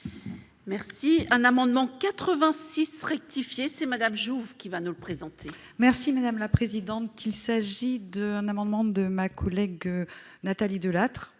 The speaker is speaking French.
Merci, un amendement 86 rectifié c'est madame Jouve qui va nous le présente. Merci madame la présidente, qu'il s'agit d'un amendement de ma collègue Nathalie Delattre,